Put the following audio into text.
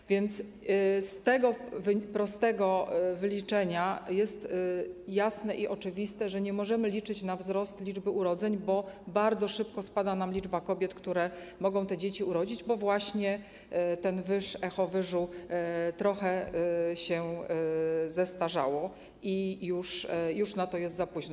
A więc dzięki temu prostemu wyliczeniu jest jasne i oczywiste, że nie możemy liczyć na wzrost liczby urodzeń, bo bardzo szybko spada nam liczba kobiet, które mogą te dzieci urodzić, bo właśnie ten wyż, echo wyżu trochę się zestarzało i już na to jest za późno.